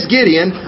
Gideon